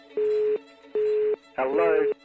Hello